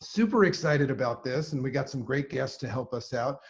super excited about this. and we got some great guests to help us out.